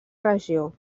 regió